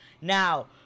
Now